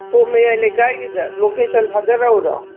ꯇꯣꯞ ꯃꯌꯥꯏ ꯂꯩꯀꯥꯏꯒꯤꯗ ꯂꯣꯀꯦꯁꯜ ꯊꯥꯖꯔꯛꯎꯔꯣ